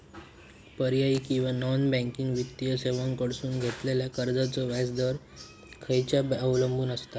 पर्यायी किंवा non banking वित्तीय सेवांकडसून घेतलेल्या कर्जाचो व्याजाचा दर खेच्यार अवलंबून आसता?